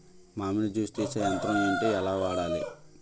మామిడి జూస్ తీసే యంత్రం ఏంటి? ఎలా వాడాలి?